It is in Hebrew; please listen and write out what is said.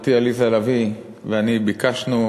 שחברתי עליזה לביא ואני ביקשנו,